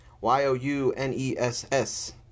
Y-O-U-N-E-S-S